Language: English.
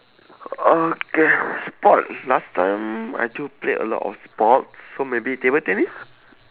okay sport last time I do play a lot of sports so maybe table tennis